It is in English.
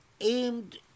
aimed